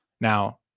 Now